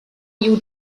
you